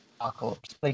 Apocalypse